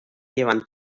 llevan